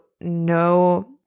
no